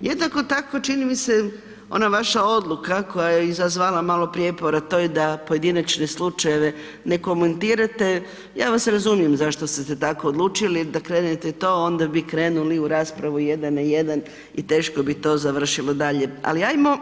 Jednako tako čini mi se, ona vaša odluka koja je izazvala malo prijepora a to je da pojedinačne slučajeve ne komentirate, ja vas razumijem zašto ste se tako odlučili, da krenete to, onda bi krenuli u raspravu jedan na jedan i teško bi to završilo dalje ali ajmo